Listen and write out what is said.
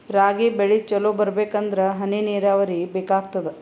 ರಾಗಿ ಬೆಳಿ ಚಲೋ ಬರಬೇಕಂದರ ಹನಿ ನೀರಾವರಿ ಬೇಕಾಗತದ?